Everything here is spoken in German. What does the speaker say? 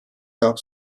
gab